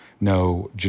no